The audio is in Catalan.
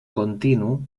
continu